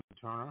Turner